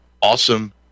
awesome